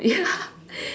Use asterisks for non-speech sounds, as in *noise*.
ya *laughs*